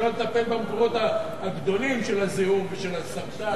ולא טיפול במקורות הגדולים של הזיהום ושל הסרטן.